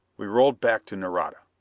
we rolled back to nareda.